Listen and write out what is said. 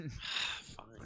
Fine